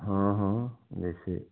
हाँ हाँ जैसे